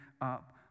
up